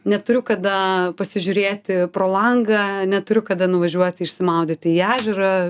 neturiu kada pasižiūrėti pro langą neturiu kada nuvažiuoti išsimaudyti į ežerą